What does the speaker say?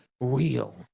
real